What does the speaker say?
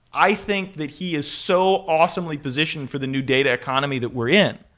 i think that he is so awesomely positioned for the new data economy that we're in,